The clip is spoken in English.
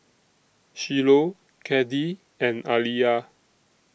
Shiloh Caddie and Aliya